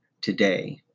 today